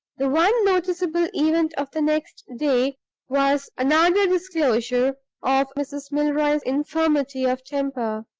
the one noticeable event of the next day was another disclosure of mrs. milroy's infirmity of temper.